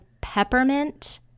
peppermint